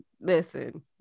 listen